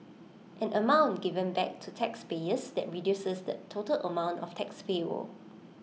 an amount given back to taxpayers that reduces the total amount of tax payable